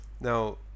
Now